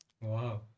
Wow